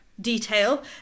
detail